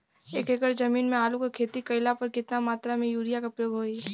एक एकड़ जमीन में आलू क खेती कइला पर कितना मात्रा में यूरिया क प्रयोग होई?